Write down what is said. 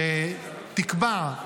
שתקבע,